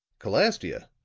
calastia?